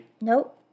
Nope